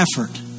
effort